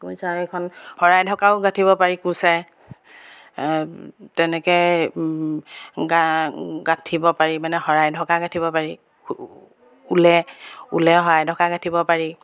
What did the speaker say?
কুৰচা এইখন শৰাই ঢকাও গাঁঠিব পাৰি কুৰচাৰে তেনেকৈ গাঁঠিব পাৰি মানে শৰাই ঢকা গাঁঠিব পাৰি ঊলে ঊলে শৰাই ঢকা গাঁঠিব পাৰি